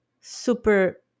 super